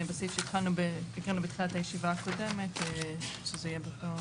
בסעיף שהתחלנו בתחילת הישיבה הקודמת שזה יהיה באותו.